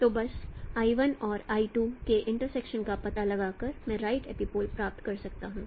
तो बस l 1 और l 2 के इंटरसेक्शन का पता लगाकर मैं राइट एपिपोल प्राप्त कर सकता हूं